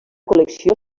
col·lecció